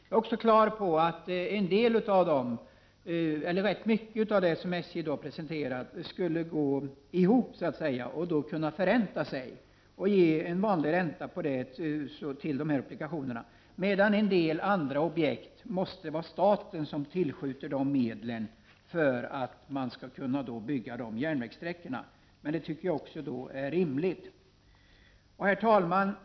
Jag är klar över att rätt mycket av det som SJ har presenterat skulle gå ihop med hjälp av sådana här obligationer — till vanlig ränta. Men beträffande en del objekt måste staten tillskjuta medel, t.ex. för att vissa järnvägssträckor skall kunna byggas. Det vore rimligt. Herr talman!